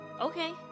Okay